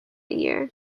year